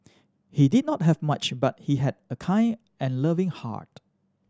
he did not have much but he had a kind and loving heart